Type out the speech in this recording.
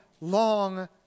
long